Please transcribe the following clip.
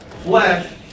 flesh